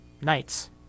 Knights